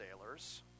sailors